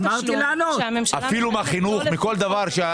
אפילו מהחינוך, מכל דבר?